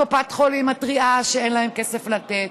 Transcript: קופות חולים מתריעות שאין להן כסף לתת,